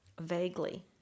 vaguely